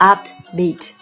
Upbeat